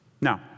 Now